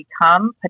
become